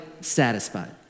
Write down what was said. satisfied